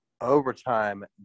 overtime